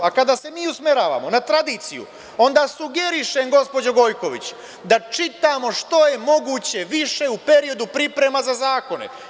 A, kada se mi usmeravamo na tradiciju, onda sugerišem, gospođo Gojković, da čitamo što je moguće više u periodu priprema za zakone.